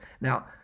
Now